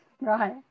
right